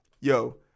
yo